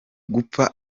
gupfa